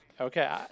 okay